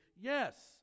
yes